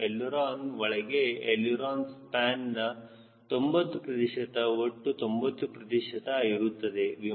ಮತ್ತು ಎಳಿರೋನ ಒಳಗೆ ಎಳಿರೋನ ಸ್ಪ್ಯಾನ್ನ 90 ಪ್ರತಿಶತ ಒಟ್ಟು 90 ಪ್ರತಿಶತ ಇರುತ್ತದೆ